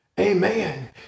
Amen